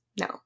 No